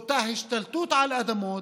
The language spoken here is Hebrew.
לאותה השתלטות על אדמות,